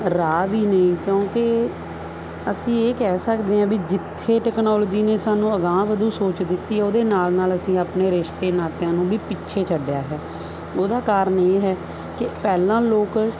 ਰਾਹ ਵੀ ਨਹੀਂ ਕਿਉਂਕਿ ਅਸੀਂ ਇਹ ਕਹਿ ਸਕਦੇ ਹਾਂ ਵੀ ਜਿੱਥੇ ਟੈਕਨੋਲੋਜੀ ਨੇ ਸਾਨੂੰ ਅਗਾਂਹ ਵਧੂ ਸੋਚ ਦਿੱਤੀ ਉਹਦੇ ਨਾਲ ਨਾਲ ਅਸੀਂ ਆਪਣੇ ਰਿਸ਼ਤੇ ਨਾਤਿਆਂ ਨੂੰ ਵੀ ਪਿੱਛੇ ਛੱਡਿਆ ਹੈ ਉਹਦਾ ਕਾਰਨ ਇਹ ਹੈ ਕਿ ਪਹਿਲਾਂ ਲੋਕ